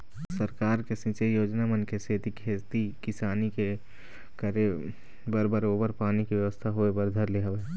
सरकार के सिंचई योजना मन के सेती खेती किसानी के करे बर बरोबर पानी के बेवस्था होय बर धर ले हवय